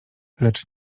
lecz